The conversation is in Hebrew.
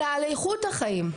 אלא על איכות החיים,